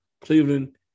Cleveland